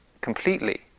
completely